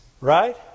Right